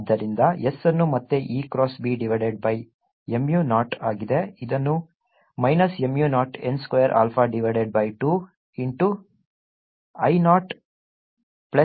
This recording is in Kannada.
ಆದ್ದರಿಂದ S ಅನ್ನು ಮತ್ತೆ E cross B divided by mu naught ಆಗಿದೆ ಇದನ್ನು minus mu naught n square alpha divided by 2 into I naught plus alpha t r cap ಎಂದು ನೀಡಲಾಗುತ್ತದೆ